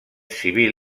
civil